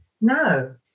No